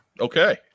Okay